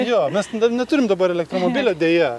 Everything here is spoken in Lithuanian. jo mes neturim dabar elektromobilio deja